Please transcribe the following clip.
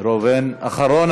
אחרון